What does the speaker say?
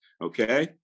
Okay